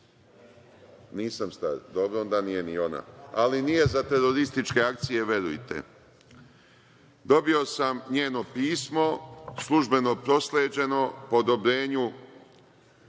nisam star, dobro, onda nije ni ona, ali nije za terorističke akcije, verujte mi. Dobio sam njeno pismo, službeno, prosleđeno po odobrenju